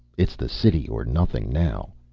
it's the city or nothing now!